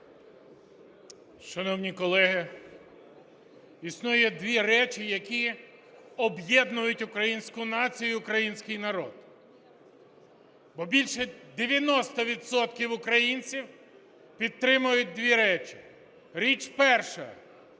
Шановні колеги, існує дві речі, які об'єднують українську націю, український народ, бо більше 90 відсотків українців підтримують дві речі. Річ перша –